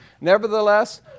Nevertheless